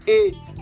eight